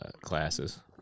classes